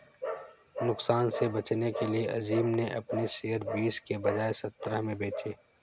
नुकसान से बचने के लिए अज़ीम ने अपने शेयर बीस के बजाए सत्रह में बेचे